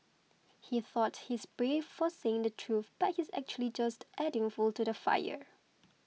he thought he's brave for saying the truth but he's actually just adding fuel to the fire